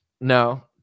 no